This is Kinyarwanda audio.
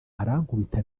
arankubita